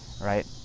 right